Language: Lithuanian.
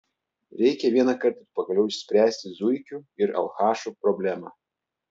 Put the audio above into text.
reikia vienąkart ir pagaliau išspręsti zuikių ir alchašų problemą